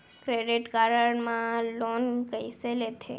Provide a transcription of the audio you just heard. Credit card मा loan कइसे लेथे?